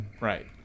right